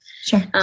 Sure